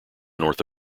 north